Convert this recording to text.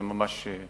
זה ממש,